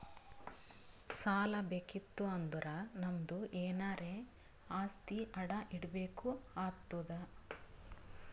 ಸಾಲಾ ಬೇಕಿತ್ತು ಅಂದುರ್ ನಮ್ದು ಎನಾರೇ ಆಸ್ತಿ ಅಡಾ ಇಡ್ಬೇಕ್ ಆತ್ತುದ್